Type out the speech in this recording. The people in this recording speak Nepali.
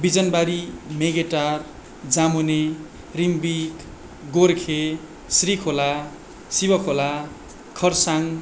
बिजनबारी मेघेटार जामुने रिम्बिक गोर्खे श्रीखोला शिवखोला खरसाङ